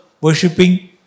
worshipping